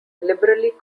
liberally